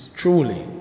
truly